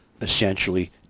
essentially